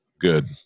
Good